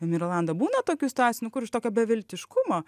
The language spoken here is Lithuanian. mirolanda būna tokių situacijų kur iš tokio beviltiškumo